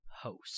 Host